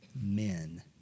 men